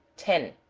ten.